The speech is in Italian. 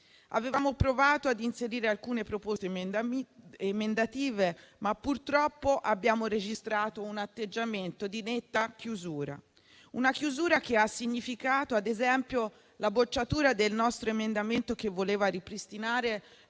Avevamo provato a inserire alcune proposte emendative, ma purtroppo abbiamo registrato un atteggiamento di netta chiusura; una chiusura che ha significato ad esempio la bocciatura del nostro emendamento che voleva ripristinare